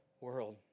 world